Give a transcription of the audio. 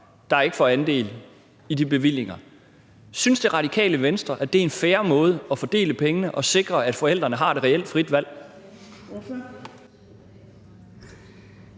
der ikke får del i de bevillinger. Synes Det Radikale Venstre, at det er en fair måde at fordele pengene på og sikre, at forældrene har et reelt frit valg?